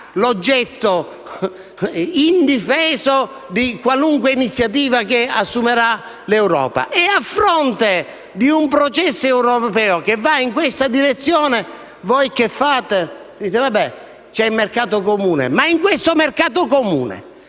l'oggetto indifeso di qualunque iniziativa che assumerà l'Europa. A fronte di un processo europeo che va in questa direzione, voi che fate? Dite che c'è il mercato comune. Ma in questo mercato comune